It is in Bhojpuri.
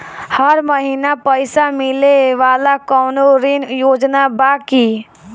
हर महीना पइसा मिले वाला कवनो ऋण योजना बा की?